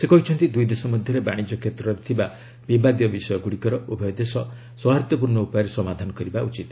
ସେ କହିଛନ୍ତି ଦୁଇଦେଶ ମଧ୍ୟରେ ବାଣିଜ୍ୟ କ୍ଷେତ୍ରରେ ଥିବା ବିବାଦୀୟ ବିଷୟଗୁଡ଼ିକର ଉଭୟ ଦେଶ ସୌହାର୍ଦ୍ଧ୍ୟପୂର୍ଣ୍ଣ ଉପାୟରେ ସମାଧାନ କରିବା ଉଚିତ